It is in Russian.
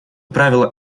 правило